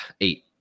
Eight